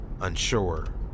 unsure